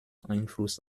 einfluss